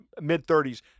mid-30s